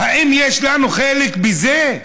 האם יש לנו חלק בזה?